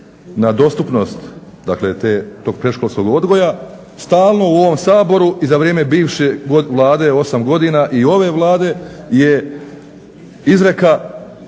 dakle tog predškolskog odgoja stalno u ovom Saboru i za vrijeme bivše Vlade osam godina i ove Vlade je izreka